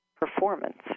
performance